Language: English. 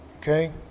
Okay